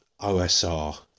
OSR